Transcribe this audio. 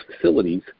facilities